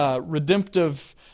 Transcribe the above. Redemptive